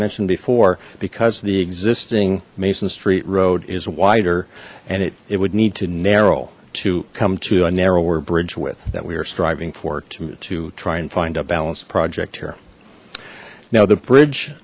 mentioned before because the existing mason street road is wider and it would need to narrow to come to a narrower bridge width that we are striving for to try and find a balanced project here now the bridge